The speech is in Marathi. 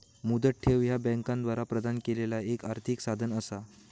मुदत ठेव ह्या बँकांद्वारा प्रदान केलेला एक आर्थिक साधन असा